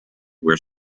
where